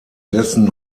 dessen